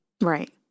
Right